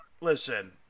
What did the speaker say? listen